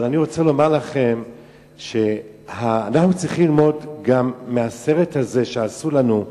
אבל אני רוצה לומר לכם שאנחנו צריכים ללמוד גם מהסרט הזה שעשו לנו.